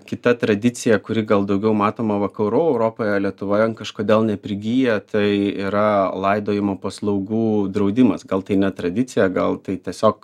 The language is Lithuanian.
kita tradicija kuri gal daugiau matoma vakarų europoje lietuvoje jin kažkodėl neprigyja tai yra laidojimo paslaugų draudimas gal tai ne tradicija gal tai tiesiog